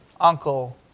uncle